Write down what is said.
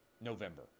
November